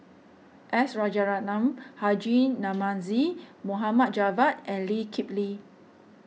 S Rajaratnam Haji Namazie Javad and Lee Kip Lee